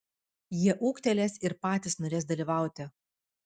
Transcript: jie ūgtelės ir patys norės dalyvauti